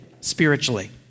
spiritually